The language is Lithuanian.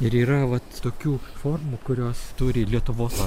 ir yra vat tokių formų kurios turi lietuvos